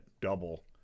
double